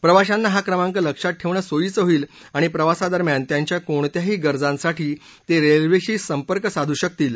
प्रवाशांना हा क्रमांक लक्षात ठेवणं सोयीचं होईल आणि प्रवासादरम्यान त्यांच्या कोणत्याही गरजांसाठी ते रेल्वेशी संपर्क साधू शकतील